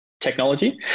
technology